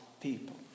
people